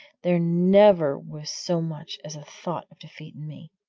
there never was so much as a thought of defeat in me.